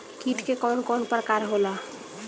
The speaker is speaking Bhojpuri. कीट के कवन कवन प्रकार होला?